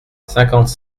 cinquante